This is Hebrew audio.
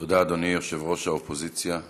תודה, אדוני יושב-ראש האופוזיציה.